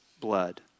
blood